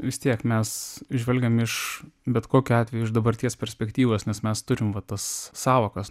vis tiek mes žvelgiam iš bet kokiu atveju iš dabarties perspektyvos nes mes turim va tas sąvokas